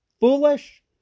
foolish